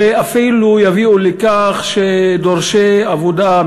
ואפילו יביאו לכך שדורשי עבודה,